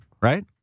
right